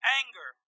anger